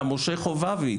המשה חובבית,